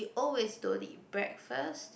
you always don't eat breakfast